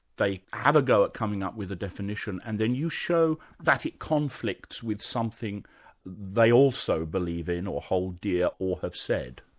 they have a go at coming up with a definition and then you show that it conflicts with something they also believe in, or hold dear or have said.